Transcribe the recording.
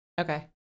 Okay